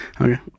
Okay